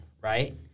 right